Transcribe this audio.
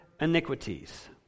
iniquities